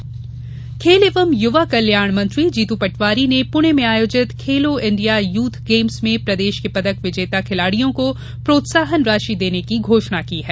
जीतू पटवारी खेल एवं युवा कल्याण मंत्री जीतू पटवारी ने पुणे में आयोजित खेलो इंडिया यूथ गेम्स मे प्रदेश के पदक विजेता खिलाड़ियों को प्रोत्साहन राशि देने की घोषणा की है